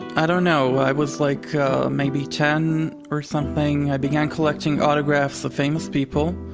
i don't know, i was like maybe ten or something, i began collecting autographs of famous people.